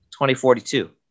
2042